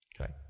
Okay